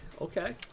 okay